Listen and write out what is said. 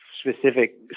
specific